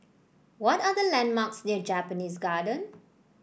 what are the landmarks near Japanese Garden